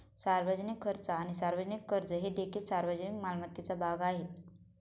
सार्वजनिक खर्च आणि सार्वजनिक कर्ज हे देखील सार्वजनिक मालमत्तेचा भाग आहेत